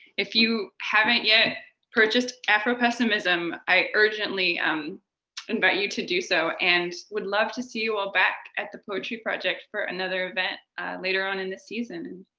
if you haven't yet purchased afropessimism, i urgently um invite you to do so and would love to see you all back at the poetry project for another event later on in the season.